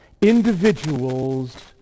individuals